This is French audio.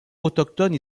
autochtones